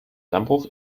dammbruch